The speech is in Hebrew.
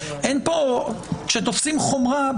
כשתופסים חומרה,